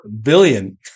billion